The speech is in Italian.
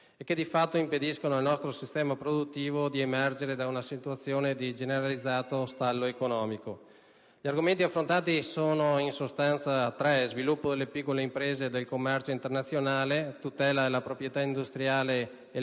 e che, di fatto, impediscono al nostro sistema produttivo di emergere da una situazione di generalizzato stallo economico. Gli argomenti affrontati sono sostanzialmente tre: sviluppo delle piccole imprese e del commercio internazionale, tutela della proprietà industriale e lotta